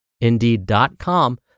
Indeed.com